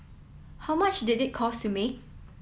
how much did it cost to make